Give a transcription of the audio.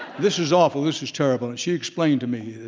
this is awful, this is terrible, and she explained to me that